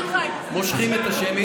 אז קודם כול, אנחנו מושכים את השמית.